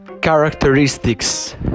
characteristics